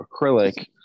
acrylic